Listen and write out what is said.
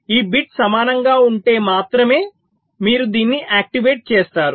ఈ బిట్ సమానంగా ఉంటే మాత్రమే మీరు దీన్ని యాక్టివేట్ చేస్తారు